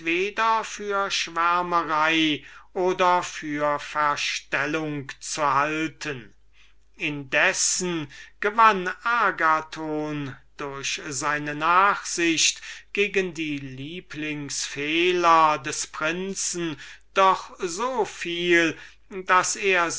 für schwärmerei oder für verstellung zu halten indessen gewann agathon durch seine nachsicht gegen die lieblings fehler dieses prinzen daß er